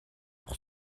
pour